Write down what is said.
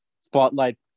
spotlight